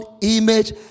image